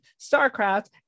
Starcraft